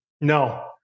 No